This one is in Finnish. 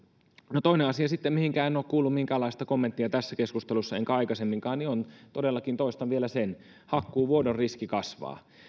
no toinen asia sitten mihinkä en ole kuullut minkäänlaista kommenttia tässä keskustelussa enkä aikaisemminkaan on todellakin se toistan vielä sen että hakkuuvuodon riski kasvaa